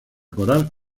coral